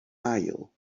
ail